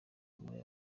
muri